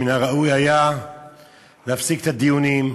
מן הראוי היה להפסיק את הדיונים,